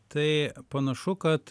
tai panašu kad